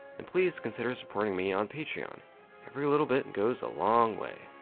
then please consider supporting me on patreon every little bit goes a long way.